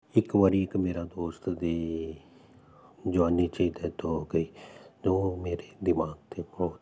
ਇੱਕ ਵਾਰੀ ਇੱਕ ਮੇਰਾ ਦੋਸਤ ਦੀ ਜੁਆਨੀ 'ਚ ਹੀ ਡੈੱਥ ਹੋ ਗਈ ਜੋ ਮੇਰੇ ਦਿਮਾਗ 'ਤੇ ਬਹੁਤ